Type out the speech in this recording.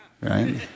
Right